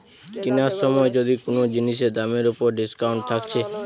কিনার সময় যদি কুনো জিনিসের দামের উপর ডিসকাউন্ট থাকছে